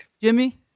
Jimmy